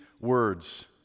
words